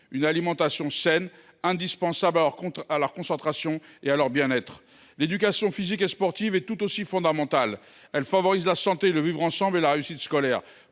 une alimentation saine, indispensable à leur concentration et à leur bien être. L’éducation physique et sportive est tout aussi fondamentale. Elle favorise la santé, le vivre ensemble et la réussite scolaire.